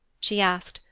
she asked,